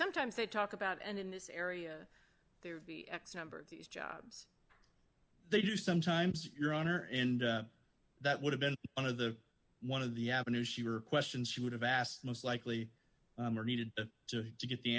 sometimes they talk about and in this area there would be x number of these jobs they do sometimes your honor and that would have been one of the one of the avenues she were questions she would have asked most likely needed to get the